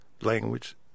language